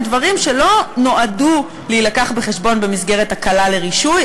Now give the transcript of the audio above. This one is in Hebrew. אלה הם דברים שלא נועדו להיות מובאים בחשבון במסגרת הקלה לרישוי.